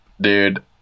Dude